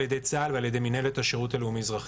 ידי צה"ל ועל ידי מנהלת השירות הלאומי אזרחי.